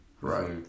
Right